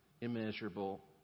immeasurable